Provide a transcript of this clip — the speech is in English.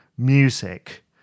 Music